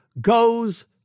goes